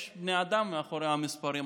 יש בני אדם מאחורי המספרים.